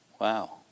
Wow